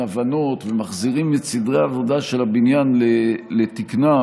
הבנות ומחזירים את סדרי העבודה של הבניין לתקנם,